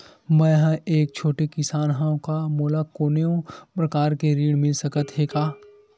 मै ह एक छोटे किसान हंव का मोला कोनो प्रकार के ऋण मिल सकत हे का?